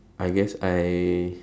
I guess I